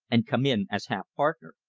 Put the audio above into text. and come in as half partner.